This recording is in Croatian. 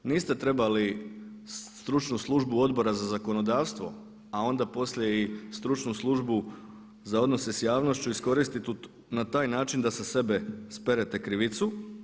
Niste trebali stručnu službu Odbora za zakonodavstvo a onda poslije i stručnu službu za odnose sa javnošću iskoristiti na taj način da sa sebe sperete krivicu.